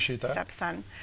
stepson